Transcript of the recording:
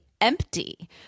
empty